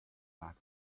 back